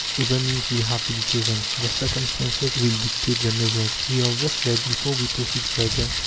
other means will have to be chosen. the circumstances will dictate the measures. we are thus led, before we proceed further,